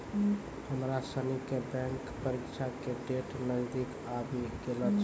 हमरा सनी के बैंक परीक्षा के डेट नजदीक आवी गेलो छै